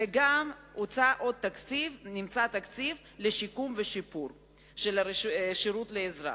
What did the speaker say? וגם נמצא תקציב לשיקום ולשיפור של השירות לאזרח.